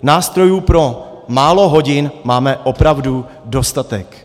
Nástrojů pro málo hodin máme opravdu dostatek.